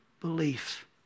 belief